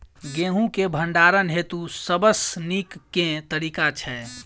गेंहूँ केँ भण्डारण हेतु सबसँ नीक केँ तरीका छै?